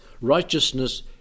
Righteousness